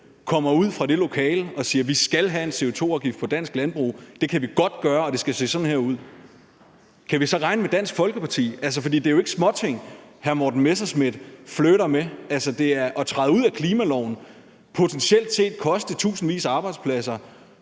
kommer ud fra det lokale og siger, at vi skal have en CO2-afgift på dansk landbrug, for det kan vi godt gøre, og det skal se sådan her ud, kan vi så regne med Dansk Folkeparti? Det er jo ikke småting, hr. Morten Messerschmidt flirter med. Det er at træde ud af klimaloven. Det kan potentielt set koste tusindvis af arbejdspladser